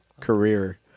career